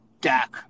dak